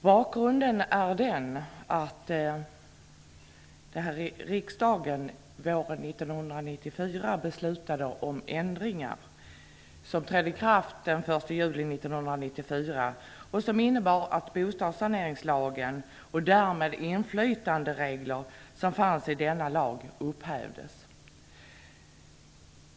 Bakgrunden är den, att riksdagen våren 1994 beslutade om ändringar som trädde i kraft den 1 juli 1994, och som innebar att bostadssaneringslagen och därmed inflytanderegler som fanns i denna lag upphävdes.